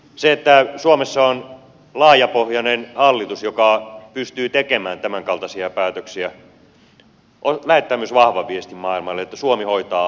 se että suomessa on laajapohjainen hallitus joka pystyy tekemään tämänkaltaisia päätöksiä lähettää myös vahvan viestin maailmalle että suomi hoitaa asiansa